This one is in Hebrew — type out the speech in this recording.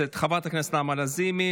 חברת הכנסת נעמה לזימי,